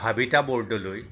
Bhabita Bordoloi